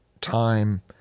time